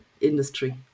industry